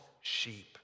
sheep